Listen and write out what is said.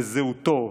לזהותו,